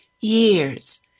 years